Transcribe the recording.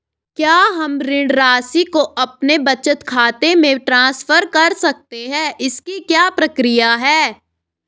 क्या हम ऋण राशि को अपने बचत खाते में ट्रांसफर कर सकते हैं इसकी क्या प्रक्रिया है?